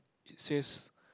it says